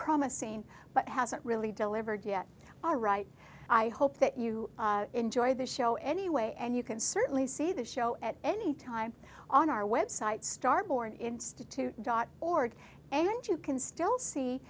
promising but hasn't really delivered yet all right i hope that you enjoy the show anyway and you can certainly see the show at any time on our website star born institute dot org and you can still see